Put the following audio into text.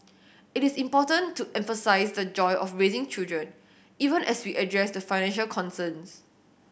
it is important to emphasise the joy of raising children even as we address the financial concerns